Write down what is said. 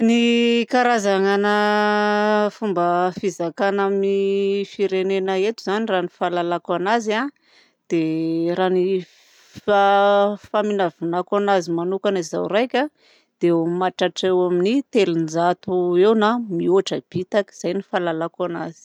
Ny karazana fomba fizakàna amin'ny firenena eto zany raha ny fahalalako anazy dia raha ny faminavinako anazy manokana zaho raika dia mahatratra eo amin'ny telonjato eo na mihoatra bitaka.